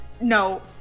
No